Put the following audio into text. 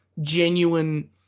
genuine